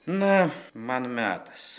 na man metas